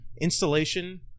installation